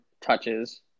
touches